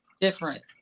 different